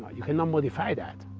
you cannot modify that,